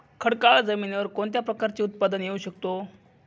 खडकाळ जमिनीवर कोणत्या प्रकारचे उत्पादन घेऊ शकतो?